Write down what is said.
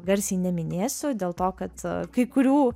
garsiai neminėsiu dėl to kad kai kurių